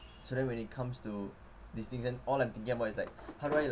so then when it comes to these things then all I'm thinking about is like how do I